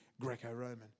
Greco-Roman